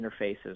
interfaces